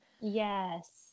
Yes